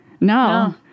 No